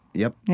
yep.